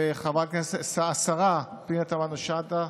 וחברת הכנסת השרה פנינה תמנו שטה,